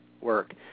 work